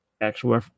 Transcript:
actual